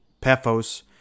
Paphos